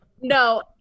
No